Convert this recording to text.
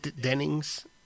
dennings